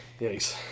Yikes